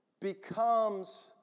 Becomes